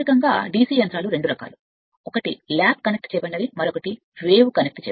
ప్రాథమికంగా DC యంత్రాలు రెండు రకాలు ఒకటి ల్యాప్ కనెక్ట్ మరొకటి ఓం